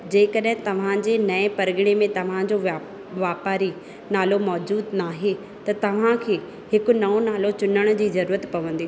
जंहिं कड॒हिं तव्हांजे नऐं परगि॒णे में तव्हांजो वा वापारी नालो मौजूदु न आहे त तव्हांखे हिकु नओं नालो चूंडण जी ज़रूरत पवंदी